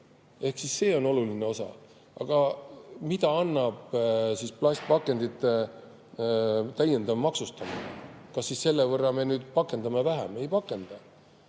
ei ole. See on oluline osa. Aga mida annab plastpakendite täiendav maksustamine? Kas selle võrra me nüüd pakendame vähem? Ei pakenda.